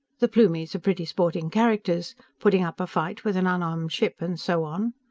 the plumies are pretty sporting characters putting up a fight with an unarmed ship, and so on.